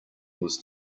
was